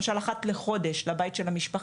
אבל למשל אחת לחודש היא תיכנס לבית של המשפחה,